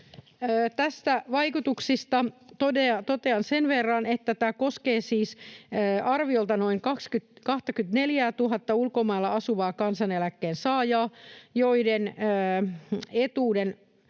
Tämän vaikutuksista totean sen verran, että tämä koskee siis arviolta noin 24 000:ta ulkomailla asuvaa kansaneläkkeen saajaa, joiden etuuden